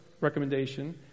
recommendation